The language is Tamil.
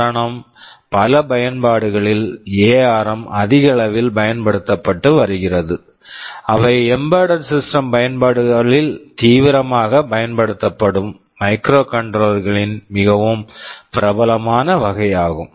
காரணம் பல பயன்பாடுகளில் எஆர்ம் ARM அதிகளவில் பயன்படுத்தப்பட்டு வருகிறது அவை எம்பெட்டட் சிஸ்டம் embedded system பயன்பாடுகளில் தீவிரமாகப் பயன்படுத்தப்படும் மைக்ரோகண்ட்ரோலர் microcontroller களின் மிகவும் பிரபலமான வகை ஆகும்